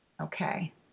okay